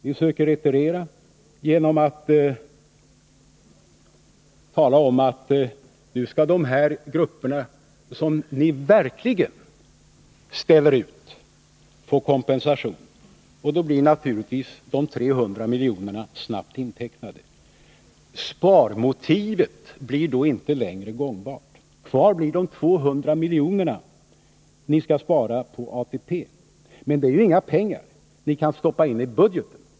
Ni söker retirera genom att tala om att nu skall de här grupperna, som ni verkligen ställer ut, få kompensation. Då blir naturligtvis de 300 miljonerna snabbt intecknade. Sparmotivet blir då inte längre lika gångbart. Kvar blir de 200 miljoner ni skall spara på ATP. Men det är inga pengar som ni kan stoppa in i budgeten.